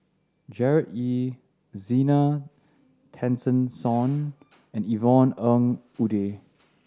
Gerard Ee Zena Tessensohn and Yvonne Ng Uhde